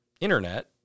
internet